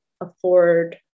afford